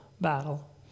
battle